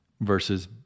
versus